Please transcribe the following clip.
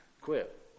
Quit